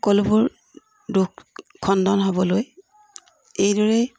সকলোবোৰ দোষ খণ্ডন হ'বলৈ এইদৰেই